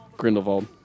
Grindelwald